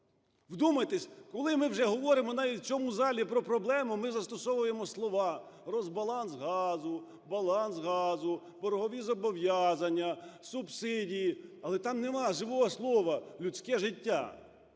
Вдумайтесь, коли ми вже говоримо навіть в цьому залі про проблему, ми застосовуємо слова, розбаланс газу, баланс газу, боргові зобов'язання, субсидії, але там немає живого слова – людське життя.